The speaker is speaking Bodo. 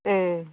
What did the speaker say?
ओ